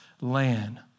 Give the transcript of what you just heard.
land